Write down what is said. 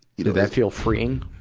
you know that feel freeing?